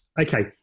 okay